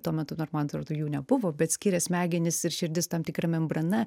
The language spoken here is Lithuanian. tuo metu dar man atrodo jų nebuvo bet skyrė smegenis ir širdis tam tikra membrana